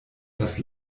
das